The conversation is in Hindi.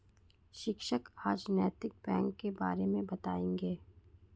शिक्षक आज नैतिक बैंक के बारे मे बताएँगे